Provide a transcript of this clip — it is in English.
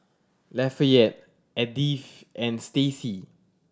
Lafayette Edythe and Stacie